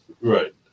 Right